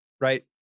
right